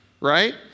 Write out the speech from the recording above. Right